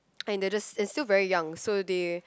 and they're just and still very young so they